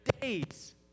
Days